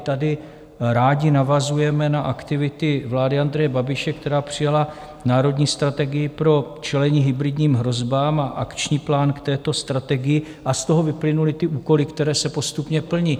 Tady rádi navazujeme na aktivity vlády Andreje Babiše, která přijala Národní strategii pro čelení hybridním hrozbám a akční plán k této strategii, a z toho vyplynuly ty úkoly, které se postupně plní.